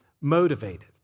motivated